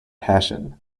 passion